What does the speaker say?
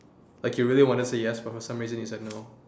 like you really wanted to say yes but for some reason you said no